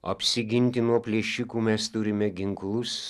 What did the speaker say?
apsiginti nuo plėšikų mes turime ginklus